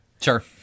Sure